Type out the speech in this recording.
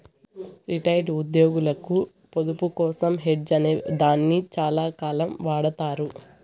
retired ఉద్యోగులకు పొదుపు కోసం హెడ్జ్ అనే దాన్ని చాలాకాలం వాడతారు